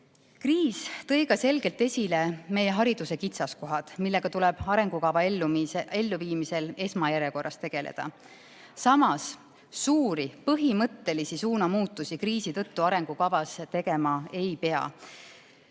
Kriis tõi ka selgelt esile meie hariduse kitsaskohad, millega tuleb arengukava elluviimisel esmajärjekorras tegeleda. Samas, suuri põhimõttelisi suunamuutusi kriisi tõttu arengukavas tegema ei pea.